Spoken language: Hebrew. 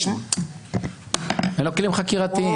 אין לו כלים חקירתיים.